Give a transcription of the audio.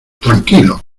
tranquilo